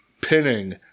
Pinning